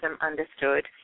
Understood